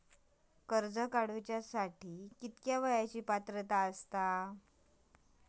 कर्ज काढूसाठी किती वयाची पात्रता असता?